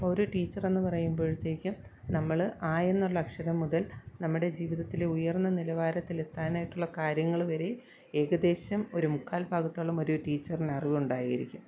ഒരു ടീച്ചറെന്ന് പറയുമ്പോഴേത്തേക്ക് നമ്മൾ ആയെന്നൊരക്ഷരം മുതൽ നമ്മുടെ ജീവിതത്തിലെ ഉയർന്ന നിലവാരത്തിലെത്താനായിട്ടുള്ള കാര്യങ്ങൾ വരെ ഏകദേശം ഒരു മുക്കാൽ ഭാഗത്തോളം ഒരു ടീച്ചറിനറിവുണ്ടായിരിക്കും